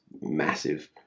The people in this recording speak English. massive